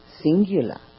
singular